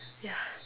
ya